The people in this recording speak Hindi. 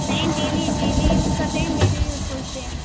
नहीं डेली डेली यूज़ करते हैं डेली यूज़ होते है